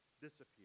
disappear